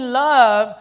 love